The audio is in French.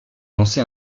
lancé